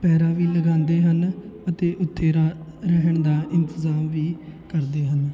ਪਹਿਰਾ ਵੀ ਲਗਾਉਂਦੇ ਹਨ ਅਤੇ ਉੱਥੇ ਰਾ ਰਹਿਣ ਦਾ ਇੰਤਜ਼ਾਮ ਵੀ ਕਰਦੇ ਹਨ